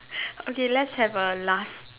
okay let's have a last